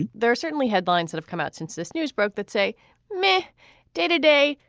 there are certainly headlines that have come out since this news broke that say may day to day,